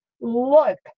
look